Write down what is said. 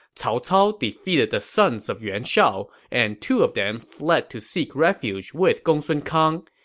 cao cao defeated the sons of yuan shao, and two of them fled to seek refuge with gongsun kang.